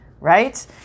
Right